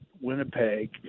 Winnipeg